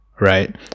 right